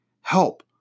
help